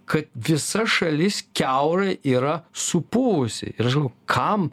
kad visa šalis kiaurai yra supuvusi ir aš galvoju kam